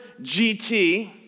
GT